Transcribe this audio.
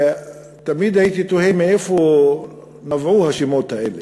ותמיד הייתי תוהה מאיפה נבעו השמות האלו.